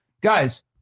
Guys